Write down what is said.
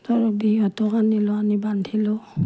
দৰৱ দি সিহঁতক আনিলোঁ আনি বান্ধিলোঁ